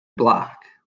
block